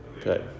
good